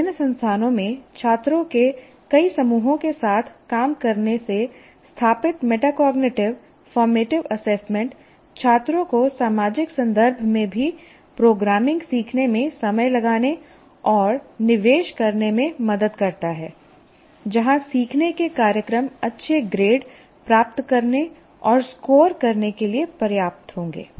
विभिन्न संस्थानों में छात्रों के कई समूहों के साथ काम करने से स्थापित मेटाकोग्निटिव फॉर्मेटिव असेसमेंट छात्रों को सामाजिक संदर्भ में भी प्रोग्रामिंग सीखने में समय लगाने और निवेश करने में मदद करता है जहां सीखने के कार्यक्रम अच्छे ग्रेड प्राप्त करने और स्कोर करने के लिए पर्याप्त होंगे